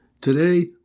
Today